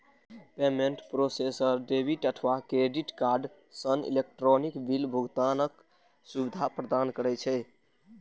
payment processor debit अथवा credit card सं electronic bill भुगतानक सुविधा प्रदान करै छै